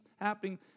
happening